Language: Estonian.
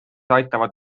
aitavad